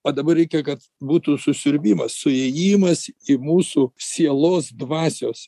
o dabar reikia kad būtų susiurbimas suėjimas į mūsų sielos dvasios